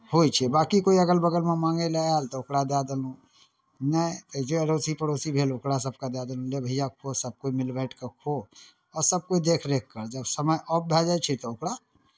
होइ छै बाँकी कोइ अगल बगलमे माङ्गय लेल आयल तऽ ओकरा दए देलहुँ नहि जे अड़ोसी पड़ोसी भेल ओकरासभके दऽ देलहुँ ले भैया खो सभकोय मिलि बाँटि कऽ खो आ सभकोय देखरेख कर जब समय ऑफ भऽ जाइ छै तऽ ओकरा